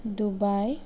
Dubai